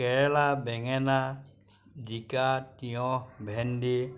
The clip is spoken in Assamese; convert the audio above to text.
কেৰেলা বেঙেনা জিকা তিঁয়ঁহ ভেণ্ডি